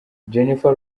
jennifer